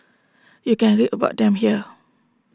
you can read about them here